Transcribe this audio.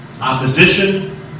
opposition